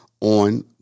on